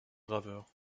graveur